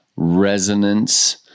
resonance